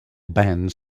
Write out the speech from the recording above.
bands